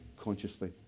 consciously